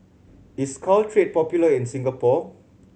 is Caltrate popular in Singapore